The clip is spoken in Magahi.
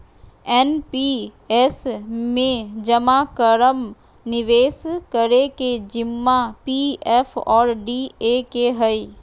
एन.पी.एस में जमा रकम निवेश करे के जिम्मा पी.एफ और डी.ए के हइ